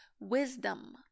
wisdom